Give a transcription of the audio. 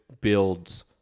builds